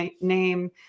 name